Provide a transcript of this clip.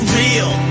real